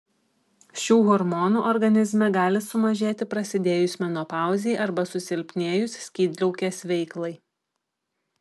šių hormonų organizme gali sumažėti prasidėjus menopauzei arba susilpnėjus skydliaukės veiklai